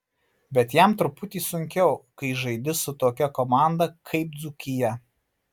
bet jam truputį sunkiau kai žaidi su tokia komanda kaip dzūkija